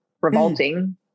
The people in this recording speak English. revolting